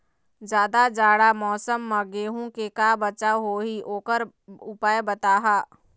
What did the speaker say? जादा जाड़ा मौसम म गेहूं के का बचाव होही ओकर उपाय बताहा?